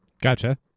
Gotcha